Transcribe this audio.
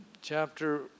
chapter